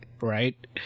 Right